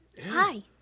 Hi